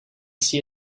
see